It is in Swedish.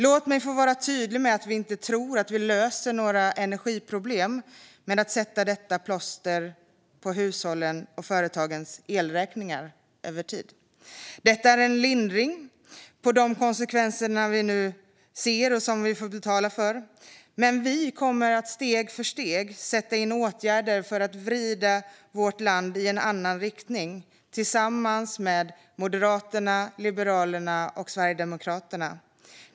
Låt mig få vara tydlig med att vi inte tror att vi löser några energiproblem över tid med att sätta detta plåster på hushållens och företagens elräkningar. Detta är en lindring av de konsekvenser som vi nu ser och som vi får betala för. Men vi kommer att steg för steg sätta in åtgärder för att vrida vårt land i en annan riktning. Det gör vi tillsammans med Moderaterna, Liberalerna och Sverigedemokraterna.